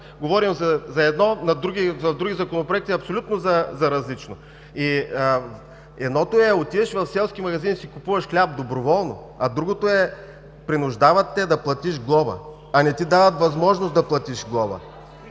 говорим за едно, а в други законопроекти – абсолютно за различно. Едното е да отидеш в селски магазин и да си купуваш хляб доброволно, другото е, че те принуждават да платиш глоба, но не ти дават възможност да платиш глоба.